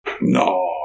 No